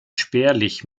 spärlich